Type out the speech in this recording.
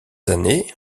années